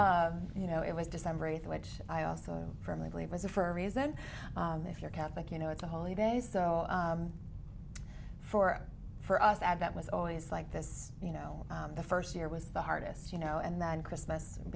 so you know it was december eighth which i also firmly believe was a for a reason if you're catholic you know it's a holy day so for for us and that was always like this you know the first year was the hardest you know and then christmas